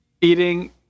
eating